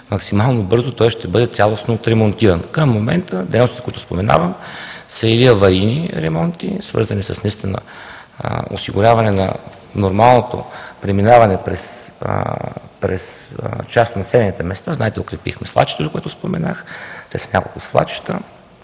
максимално бързо той ще бъде цялостно отремонтиран. Към момента, дейностите които споменавам, са или аварийни ремонти, свързани с осигуряване на нормалното преминаване през част от населените места, знаете, укрепихме свлачището, за което споменах, те са няколко свлачища